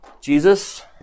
Jesus